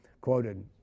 quoted